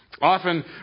Often